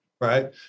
right